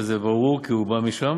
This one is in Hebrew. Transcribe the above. זה ברור, כי הוא בא משם,